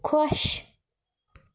خۄش